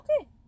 okay